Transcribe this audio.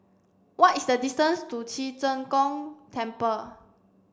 what is the distance to Ci Zheng Gong Temple